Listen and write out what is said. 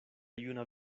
juna